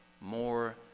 more